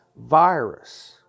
virus